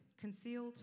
concealed